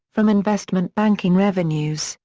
from investment-banking revenues,